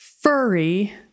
furry